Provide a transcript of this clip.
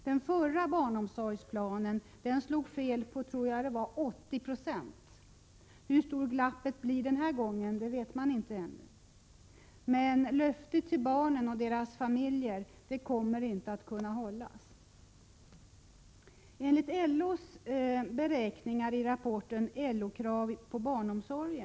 Den förra barnomsorgsplanen slog fel med, tror jag, 80 96. Hur stort glappet blir den här gången vet man ännu inte. Men löftet till barnen och deras familjer kommer inte att kunna hållas.